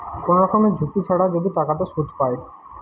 কোন রকমের ঝুঁকি ছাড়া যদি টাকাতে সুধ পায়